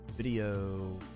video